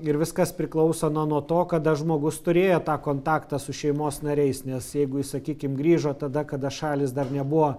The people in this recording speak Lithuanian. ir viskas priklauso na nuo to kada žmogus turėjo tą kontaktą su šeimos nariais nes jeigu jis sakykim grįžo tada kada šalys dar nebuvo